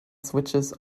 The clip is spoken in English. switches